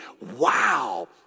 wow